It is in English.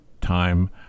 time